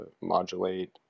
modulate